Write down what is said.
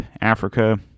Africa